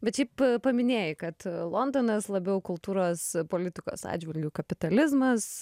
bet šiaip paminėjai kad londonas labiau kultūros politikos atžvilgiu kapitalizmas